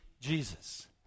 Jesus